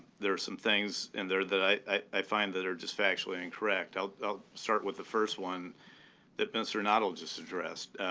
there are some things in there that i i find that are just factually incorrect. i'll i'll start with the first one that mr. noddle just addressed,